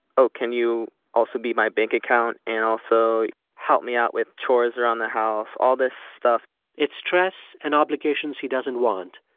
oh, can you also be my bank account and also help me out with chores around the house all this stuff it's stress and obligations he doesn't want.